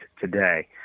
today